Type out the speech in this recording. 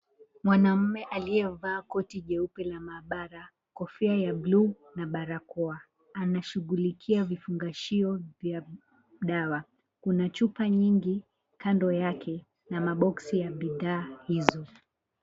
Mwanamume aliyevaa koti jeupe la maabara, kofia ya blue na barakoa anashughulikia vifungashio vya dawa. Kuna chupa nyingi kando yake na maboksi ya bidhaa hizo.